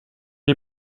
est